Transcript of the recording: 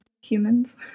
humans